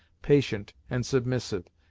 patient and submissive,